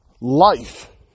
Life